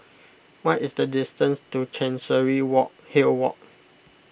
what is the distance to Chancery walk Hill Walk